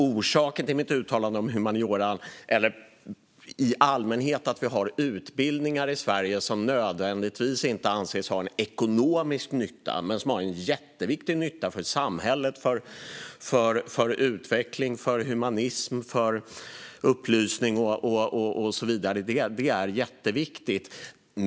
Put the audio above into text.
Orsaken till mitt uttalande om humaniora var att vi har utbildningar i Sverige som inte nödvändigtvis har ekonomisk nytta men som har jätteviktig nytta för samhället, för utveckling, för humanism, för upplysning och så vidare. Det är jätteviktigt.